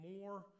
more